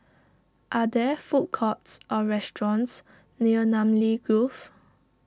are there food courts or restaurants near Namly Grove